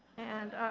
and